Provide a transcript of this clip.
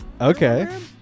Okay